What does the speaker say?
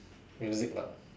music lah